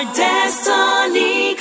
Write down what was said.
destiny